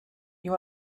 you